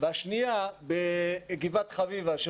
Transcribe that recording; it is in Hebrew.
והשנייה בגבעת חביבה,